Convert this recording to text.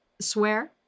swear